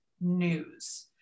news